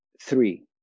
three